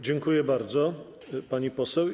Dziękuję bardzo, pani poseł.